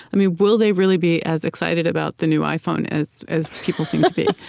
i mean will they really be as excited about the new iphone as as people seem to be?